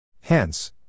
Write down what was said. Hence